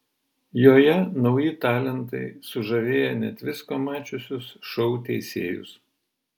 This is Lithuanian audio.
joje nauji talentai sužavėję net visko mačiusius šou teisėjus